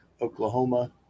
Oklahoma